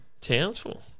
Townsville